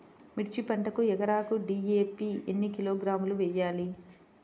మిర్చి పంటకు ఎకరాకు డీ.ఏ.పీ ఎన్ని కిలోగ్రాములు వేయాలి?